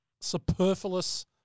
superfluous